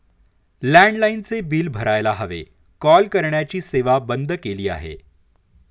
लँडलाइनचे बिल भरायला हवे, कॉल करण्याची सेवा बंद केली आहे